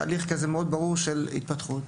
ויש תהליך מאוד ברור של התפתחות.